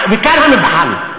וכאן המבחן.